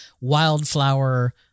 wildflower